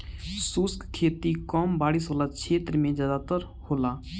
शुष्क खेती कम बारिश वाला क्षेत्र में ज़्यादातर होला